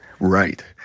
Right